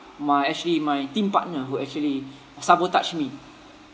my actually my team partner who actually sabotaged me